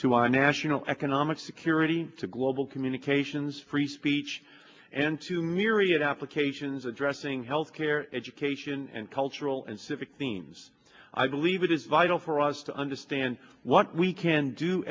to our national economic security to global communications free speech and to myriad applications addressing health care education and cultural and civic themes i believe it is vital for us to understand what we can do